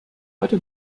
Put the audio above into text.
heute